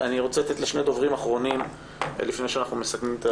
אני רוצה לתת לשני דוברים אחרונים לפני שאנחנו מסכמים את